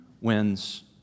wins